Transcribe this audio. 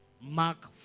Mark